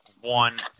one